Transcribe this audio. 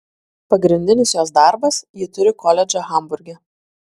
pagrindinis jos darbas ji turi koledžą hamburge